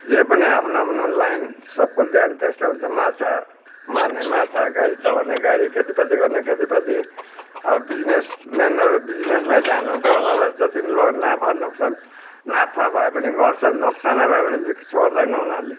जे पनि आफ्नो आफ्नो लाइन सबको ध्यान त्यस्तै हुन्छ माछा मार्ने माछा गाडी चलाउने गाडी खेतीपाती गर्ने खेतीपाती अब बिजनेसमेनहरू बिजनेसमै ध्यान हुन्छ उनारलाई जति नै लड नाफा नोक्सान नाफा भए पनि गर्छ नोक्सानै भए पनि छोड्दैन उनीहरूले